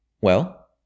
Well